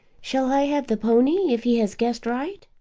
shall i have the pony if he has guessed right?